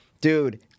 Dude